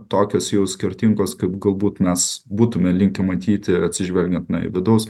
tokios jau skirtingos kaip galbūt mes būtume linkę matyti atsižvelgiant į vidaus